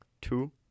two